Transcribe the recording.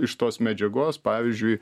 iš tos medžiagos pavyzdžiui